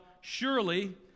Surely